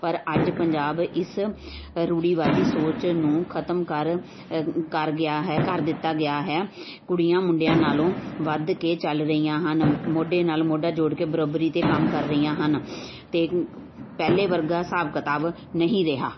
ਪਰ ਅੱਜ ਪੰਜਾਬ ਇਸ ਰੂੜੀਵਾਦੀ ਸੋਚ ਨੂੰ ਖਤਮ ਕਰ ਕਰ ਗਿਆ ਹੈ ਕਰ ਦਿੱਤਾ ਗਿਆ ਹੈ ਕੁੜੀਆਂ ਮੁੰਡਿਆਂ ਨਾਲੋਂ ਵੱਧ ਕੇ ਚੱਲ ਰਹੀਆਂ ਹਨ ਮੋਢੇ ਨਾਲ ਮੋਢਾ ਜੋੜ ਕੇ ਬਰਾਬਰੀ 'ਤੇ ਕੰਮ ਕਰ ਰਹੀਆਂ ਹਨ ਅਤੇ ਪਹਿਲੇ ਵਰਗਾ ਹਿਸਾਬ ਕਿਤਾਬ ਨਹੀਂ ਰਿਹਾ